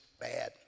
bad